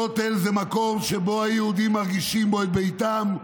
הכותל זה מקום שבו היהודים מרגישים בו את ביתם,